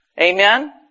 Amen